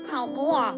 idea